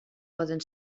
poden